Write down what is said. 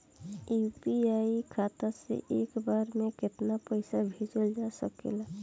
UPI खाता से एक बार म केतना पईसा भेजल जा सकेला?